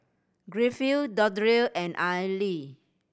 Griffith Dondre and Aili